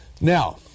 Now